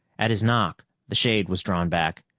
at his knock, the shade was drawn back,